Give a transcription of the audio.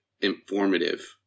informative